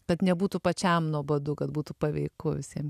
kad nebūtų pačiam nuobodu kad būtų paveiku visiem